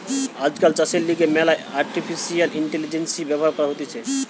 আজকাল চাষের লিগে ম্যালা আর্টিফিশিয়াল ইন্টেলিজেন্স ব্যবহার করা হতিছে